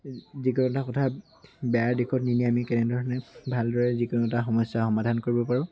যিকোনো এটা কথা বেয়াৰ দিশত নিনিয়ে আমি কেনেধৰণে ভালদৰে যিকোনো এটা সমস্যাৰ সমাধান কৰিব পাৰোঁ